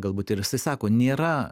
galbūt ir jisai sako nėra